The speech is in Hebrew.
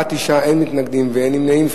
9, אין מתנגדים ואין נמנעים.